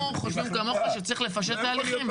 אנחנו חושבים כמוך, שצריכים לפשט את ההליכים.